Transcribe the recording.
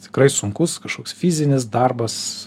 tikrai sunkus kažkoks fizinis darbas